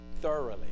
thoroughly